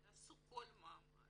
תעשו כל מאמץ.